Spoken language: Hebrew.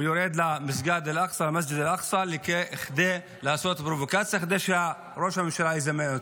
הוא יורד למסגד אל-אקצא כדי לעשות פרובוקציה כדי שראש הממשלה יזמן אותו.